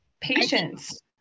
patience